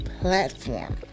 platform